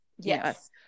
Yes